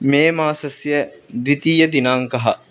मे मासस्य द्वितीयदिनाङ्कः